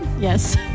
yes